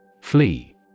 Flee